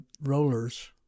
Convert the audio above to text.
rollers